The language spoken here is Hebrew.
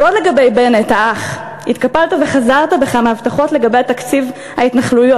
ועוד לגבי בנט האח: התקפלת וחזרת בך מההבטחות לגבי תקציב ההתנחלויות.